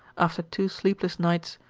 after two sleepless nights,